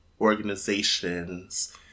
Organization's